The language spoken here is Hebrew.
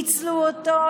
פיצלו אותו,